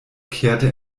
kehrte